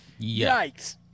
Yikes